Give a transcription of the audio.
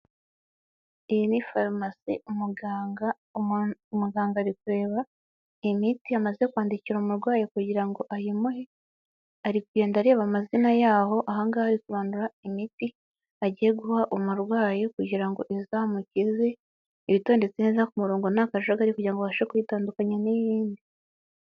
Iyi ni farumasi umuganga ari kureba iyimiti amaze kwandikira umurwayi kugira ngo ayimuhe. Ari kugenda areba amazina yaho, ahangaho ari kumanura imiti agiye guha umurwayi kugira ngo izamukize itondetse neza ku murongo nta kajagari kugira ngo abashe kuyitandukanya n'iyindi.